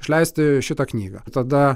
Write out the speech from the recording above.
išleisti šitą knygą tada